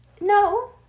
No